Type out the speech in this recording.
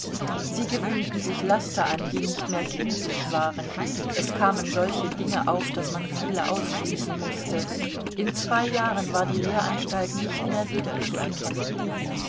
sie gewöhnten sich laster an die nicht mehr kindlich waren es kamen solche dinge auf daß man viele ausschließen mußte in zwei jahren war die lehranstalt nicht mehr wiederzuerkennen